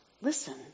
listen